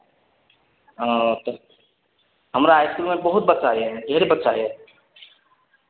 हँ तऽ हमरा इसकुलमे बहुत बच्चा यए ढेरी बच्चा यए